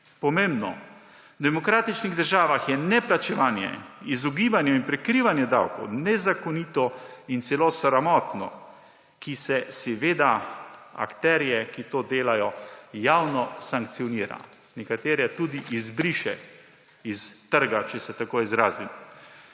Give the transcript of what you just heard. Pomembno. V demokratičnih državah je neplačevanje, izogibanje in prikrivanje davkov nezakonito in celo sramotno, akterje, ki to delajo, se javno sankcionira, nekatere tudi izbriše s trga, če se tako izrazim.